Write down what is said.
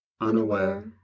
unaware